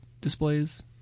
displays